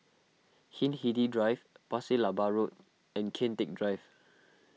Hindhede Drive Pasir Laba Road and Kian Teck Drive